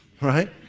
right